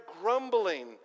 grumbling